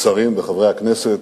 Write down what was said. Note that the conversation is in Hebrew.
שרים וחברי הכנסת,